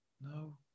no